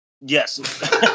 Yes